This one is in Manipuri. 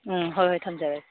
ꯎꯝ ꯍꯣꯏ ꯍꯣꯏ ꯊꯝꯖꯔꯒꯦ